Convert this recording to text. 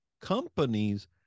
companies